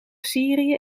syrië